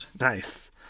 Nice